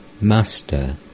Master